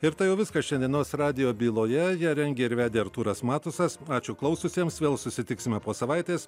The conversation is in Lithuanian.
ir tai jau viskas šiandienos radijo byloje ją rengė ir vedė artūras matusas ačiū klausiusiems vėl susitiksime po savaitės